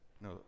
no